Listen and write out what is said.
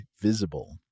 Visible